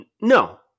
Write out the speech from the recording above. No